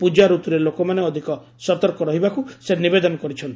ପ୍ରଜାରତୁରେ ଲୋକମାନେ ଅଧିକ ସତର୍କ ରହିବାକୁ ସେ ନିବେଦନ କରିଛନ୍ତି